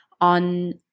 on